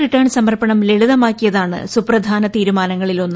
return സമർപ്പണം ലളിതമാക്കിയതാണ് സുപ്രധാന തീരുമാനങ്ങളിലൊന്ന്